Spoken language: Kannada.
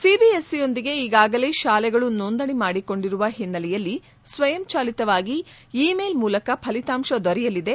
ಸಿಬಿಎಸ್ ಇಯೊಂದಿಗೆ ಈಗಾಗಲೇ ಶಾಲೆಗಳು ನೋಂದಣಿ ಮಾಡಿಕೊಂಡಿರುವ ಹಿನ್ನೆಲೆಯಲ್ಲಿ ಸ್ವಯಂಚಾಲಿತವಾಗಿ ಇ ಮೇಲ್ ಮೂಲಕ ಫಲಿತಾಂಶ ದೊರೆಯಲಿದೆ